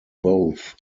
both